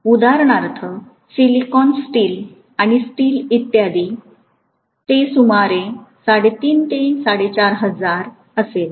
उदाहरणार्थ silicon steel आणि steel इत्यादींसाठी ते सुमारे 3500 ते 4500 असेल